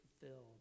fulfilled